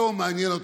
אין מדינה בעולם